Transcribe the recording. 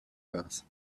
gas